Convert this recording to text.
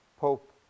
Pope